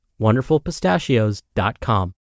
wonderfulpistachios.com